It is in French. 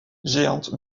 géante